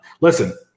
Listen